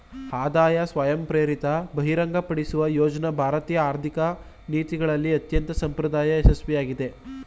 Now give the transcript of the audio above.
ಆದಾಯ ಸ್ವಯಂಪ್ರೇರಿತ ಬಹಿರಂಗಪಡಿಸುವ ಯೋಜ್ನ ಭಾರತೀಯ ಆರ್ಥಿಕ ನೀತಿಗಳಲ್ಲಿ ಅತ್ಯಂತ ಅಸಂಪ್ರದಾಯ ಯಶಸ್ವಿಯಾಗಿದೆ